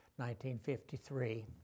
1953